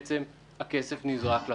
והכסף נזרק לפח.